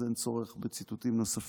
אז אין צורך בציטוטים נוספים,